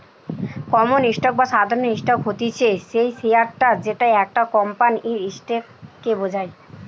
common stock বা সাধারণ stock হতিছে সেই শেয়ারটা যেটা একটা কোম্পানির স্টক কে বোঝায়